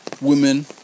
Women